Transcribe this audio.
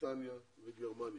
בריטניה וגרמניה.